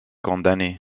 condamné